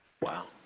wow